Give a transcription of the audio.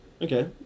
Okay